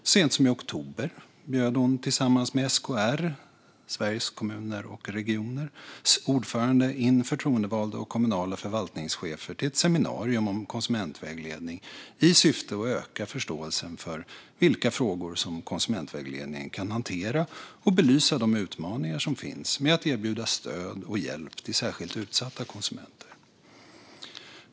Så sent som i oktober bjöd hon tillsammans med Sveriges Kommuner och Regioners ordförande in förtroendevalda och kommunala förvaltningschefer till ett seminarium om konsumentvägledning i syfte att öka förståelsen för vilka frågor som konsumentvägledningen kan hantera och belysa de utmaningar som finns med att erbjuda stöd och hjälp till särskilt utsatta konsumenter.